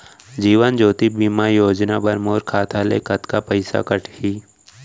जीवन ज्योति बीमा योजना बर मोर खाता ले कतका पइसा कटही?